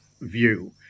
view